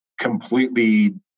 completely